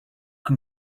can